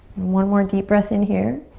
one more deep breath in here.